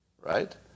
right